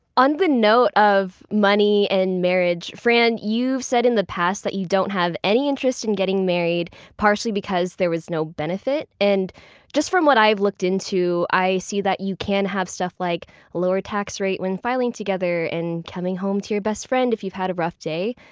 on the note of money and marriage, fran, you've said in the past that you don't have any interest in getting married, partially because there was no benefit. and just from what i've looked into, i see that you can have stuff like a lower tax rate when filing together and coming home to your best friend if you've had a rough day.